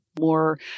more